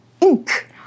ink